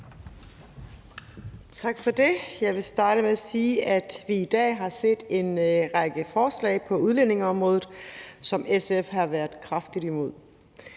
Tak for det. Jeg vil starte med at sige, at vi i dag har set en række forslag på udlændingeområdet, som SF har været kraftigt imod.